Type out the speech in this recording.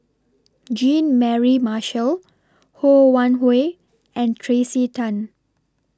Jean Mary Marshall Ho Wan Hui and Tracey Tan